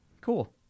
Cool